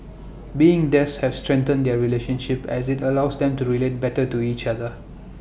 being death has strengthened their relationship as IT allows them to relate better to each other